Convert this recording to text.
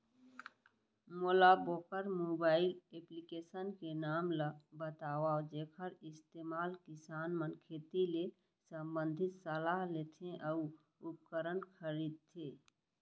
मोला वोकर mobile application के नाम ल बतावव जेखर इस्तेमाल किसान मन खेती ले संबंधित सलाह लेथे अऊ उपकरण खरीदथे?